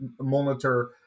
monitor